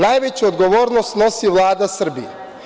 Najveću odgovornost snosi Vlada Srbije.